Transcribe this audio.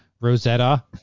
Rosetta